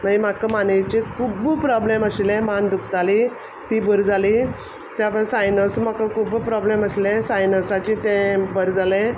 माई म्हाका मानेचे खुब्ब प्रॉब्लम आशिल्ले मान दुखताली ती बरी जाली त्या भायर सायनस म्हाका खुब्ब प्रॉब्लम आशिल्ले सायनसाचें तें बर जालें